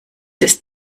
ist